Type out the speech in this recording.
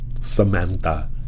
Samantha